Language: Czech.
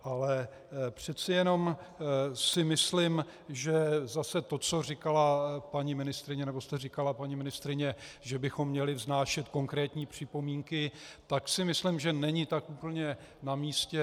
Ale přece jenom si myslím, že zase to, co říkala paní ministryně, nebo jste říkala, paní ministryně, že bychom měli vznášet konkrétní připomínky, tak si myslím, že není tak úplně namístě.